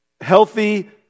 healthy